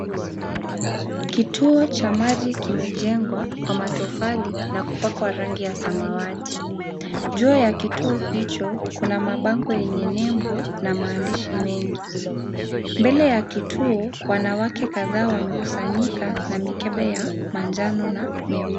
Kituo cha maji kimejengwa kwa matofali na kupakwa rangi ya samawati. Juu ya kituo hicho kuna mabango yenye nebo na maandishi mengi. Mbele ya kituo wanawake kadhaa wamekusanyika na mikembe ya manjano na meupe.